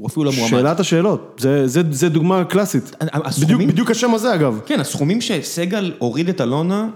הוא אפילו לא מועמד. שאלת השאלות, זה דוגמה קלאסית, בדיוק השם הזה אגב. כן, הסכומים שסגל הוריד את אלונה...